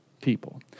people